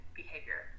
behavior